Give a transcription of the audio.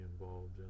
involved